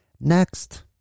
Next